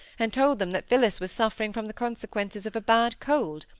and told them that phillis was suffering from the consequences of a bad cold,